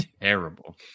terrible